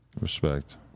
Respect